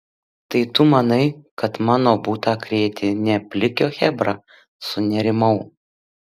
tai tu manai kad mano butą krėtė ne plikio chebra sunerimau